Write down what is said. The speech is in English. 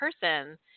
person